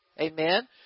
Amen